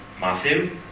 Matthew